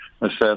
assess